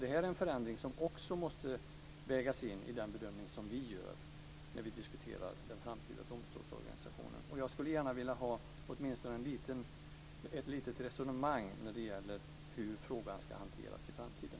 Det här är en förändring som också måste vägas in i den bedömning som vi gör när vi diskuterar den framtida domstolsorganisationen. Jag skulle gärna vilja ha åtminstone ett litet resonemang kring hur frågan ska hanteras i framtiden.